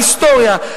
ההיסטוריה,